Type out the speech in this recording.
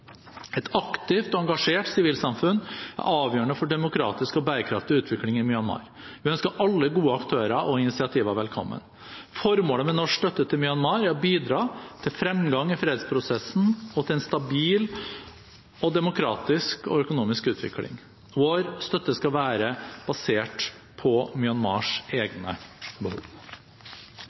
Et aktivt og engasjert sivilsamfunn er avgjørende for demokratisk og bærekraftig utvikling i Myanmar. Vi ønsker alle gode aktører og initiativer velkommen. Formålet med norsk støtte til Myanmar er å bidra til fremgang i fredsprosessen og til en stabil demokratisk og økonomisk utvikling. Vår støtte skal være basert på Myanmars egne behov.